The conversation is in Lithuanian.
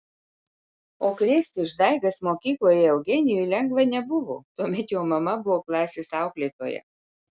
o krėsti išdaigas mokykloje eugenijui lengva nebuvo tuomet jo mama buvo klasės auklėtoja